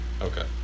Okay